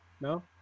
No